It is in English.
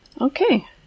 Okay